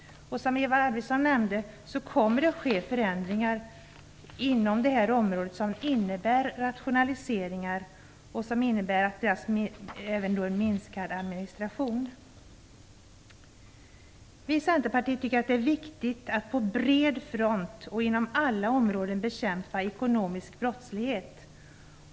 Som Eva Arvidsson nämnde kommer det att ske förändringar inom det här området som innebär rationaliseringar och som även innebär en minskad administration. Vi i Centerpartiet tycker att det är viktigt att på bred front och inom alla områden bekämpa ekonomisk brottslighet.